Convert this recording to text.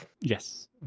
Yes